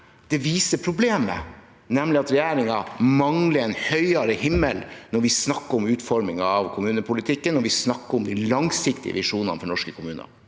– viser problemet, nemlig at regjeringen mangler en høyere himmel når vi snakker om utformingen av kommunepolitikken, og når vi snakker om de langsiktige visjonene for norske kommuner.